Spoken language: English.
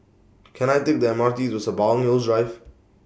Can I Take The M R T to Sembawang Hills Drive